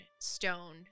stone